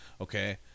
okay